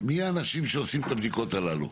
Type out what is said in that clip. האנשים שעושים את הבדיקות הללו?